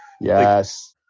Yes